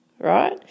right